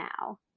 now